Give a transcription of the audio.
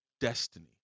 destiny